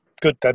good